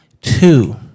two